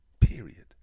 period